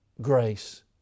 grace